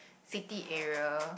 city area